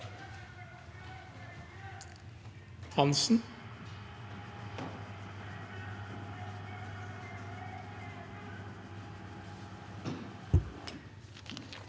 Hansen